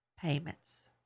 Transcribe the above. payments